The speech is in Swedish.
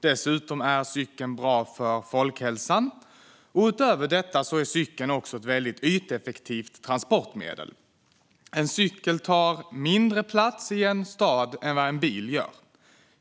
Dessutom är cykeln bra för folkhälsan, och utöver detta är cykeln ett väldigt yteffektivt transportmedel. En cykel tar mindre plats i en stad än vad en bil gör.